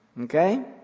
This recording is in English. Okay